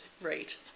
Right